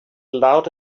loud